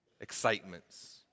excitements